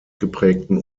geprägten